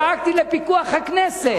דאגתי לפיקוח הכנסת.